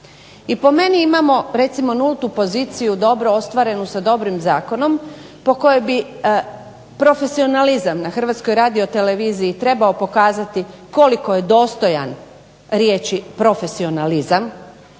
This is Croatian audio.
I po meni imamo recimo nultu poziciju dobro ostvarenu sa dobrim zakonom po kojoj bi profesionalizam na Hrvatskoj radioteleviziji trebao pokazati koliko je dostojan riječi profesionalizam